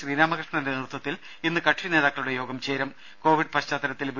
ശ്രീരാമകൃഷ്ണന്റെ നേതൃത്വത്തിൽ ഇന്ന് കക്ഷിനേതാക്കളുടെ കോവിഡ് പശ്ചാത്തലത്തിൽ യോഗം ചേരും